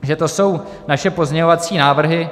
Takže to jsou naše pozměňovací návrhy.